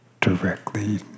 directly